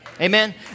Amen